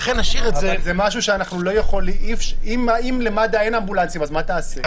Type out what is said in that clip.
אם למד"א אין אמבולנסים, מה תעשה?